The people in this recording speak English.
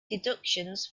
deductions